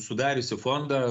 sudariusi fondą